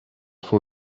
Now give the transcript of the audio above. for